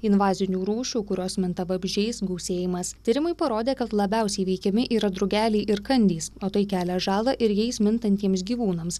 invazinių rūšių kurios minta vabzdžiais gausėjimas tyrimai parodė kad labiausiai veikiami yra drugeliai ir kandys o tai kelia žalą ir jais mintantiems gyvūnams